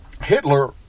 Hitler